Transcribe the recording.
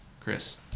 Chris